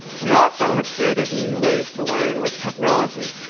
we also have created new ways to learn with technology.